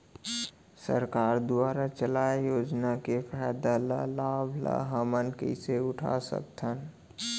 सरकार दुवारा चलाये योजना के फायदा ल लाभ ल हमन कइसे उठा सकथन?